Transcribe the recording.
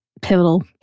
pivotal